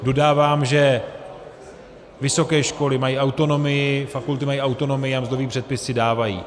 Dodávám, že vysoké školy mají autonomii, fakulty mají autonomii a mzdové předpisy dávají.